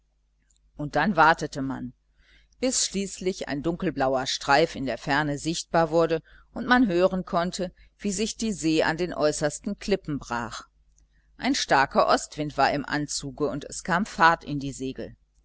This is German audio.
und dann wartete man bis schließlich ein dunkelblauer streif in der ferne sichtbar wurde und man hören konnte wie sich die see an den äußersten klippen brach ein starker ostwind war im anzuge und es kam fahrt in die segel